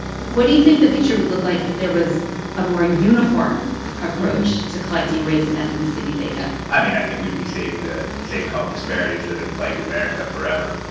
what do you think the picture would look like if there was a more uniform approach to collecting race and ethnicity data? i mean, i think we'd be seeing the same health disparities that have plagued america forever.